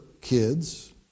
kids